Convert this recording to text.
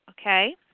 okay